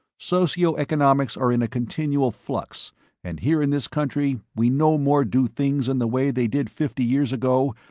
socio-economics are in a continual flux and here in this country we no more do things in the way they did fifty years ago,